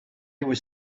was